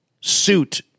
suit